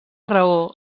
raó